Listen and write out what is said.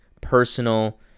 personal